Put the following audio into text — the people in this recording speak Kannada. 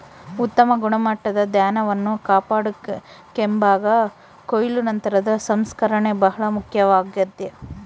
ಉತ್ತಮ ಗುಣಮಟ್ಟದ ಧಾನ್ಯವನ್ನು ಕಾಪಾಡಿಕೆಂಬಾಕ ಕೊಯ್ಲು ನಂತರದ ಸಂಸ್ಕರಣೆ ಬಹಳ ಮುಖ್ಯವಾಗ್ಯದ